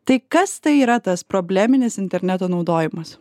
tai kas tai yra tas probleminis interneto naudojimas